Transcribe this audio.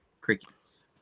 crickets